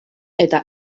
eta